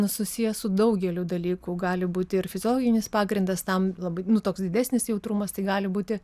susiję su daugeliu dalykų gali būti ir fiziologinis pagrindas tam labai nu toks didesnis jautrumas tai gali būti